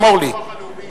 אנחנו מסירים אותה.